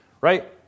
right